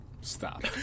stop